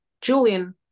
Julian